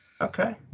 okay